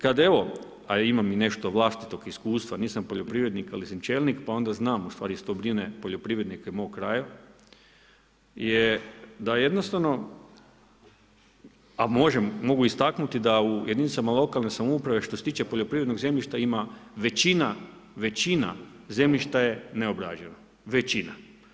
Kad evo, a imam i nešto vlastitog iskustva, nisam poljoprivrednik ali sam čelnik pa onda znam u stvari što brine poljoprivrednike mog kraja je da jednostavno a mogu istaknuti da u jedinicama lokalne samouprave što se tiče poljoprivrednog zemljišta ima većina, većina zemljišta je neobradiva, većina.